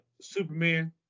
Superman